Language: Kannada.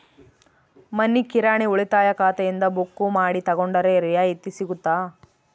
ಮನಿ ಕಿರಾಣಿ ಉಳಿತಾಯ ಖಾತೆಯಿಂದ ಬುಕ್ಕು ಮಾಡಿ ತಗೊಂಡರೆ ರಿಯಾಯಿತಿ ಸಿಗುತ್ತಾ?